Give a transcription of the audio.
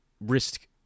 risk